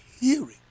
hearing